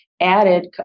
added